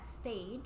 stage